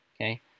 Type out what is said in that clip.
Okay